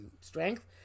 strength